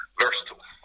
versatile